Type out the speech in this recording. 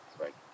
Right